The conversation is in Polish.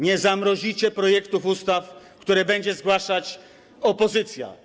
Nie zamrozicie projektów ustaw, które będzie zgłaszać opozycja.